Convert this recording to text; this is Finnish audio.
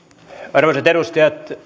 arvoisat edustajat